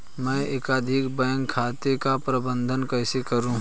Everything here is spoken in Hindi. मैं एकाधिक बैंक खातों का प्रबंधन कैसे करूँ?